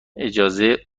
اجازه